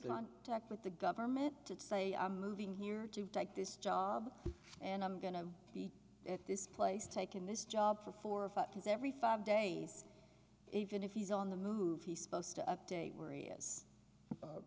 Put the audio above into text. talk with the government to say i'm moving here to take this job and i'm going to be at this place taking this job for four or five his every five days even if he's on the move he supposed to update where he is